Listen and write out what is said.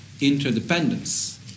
interdependence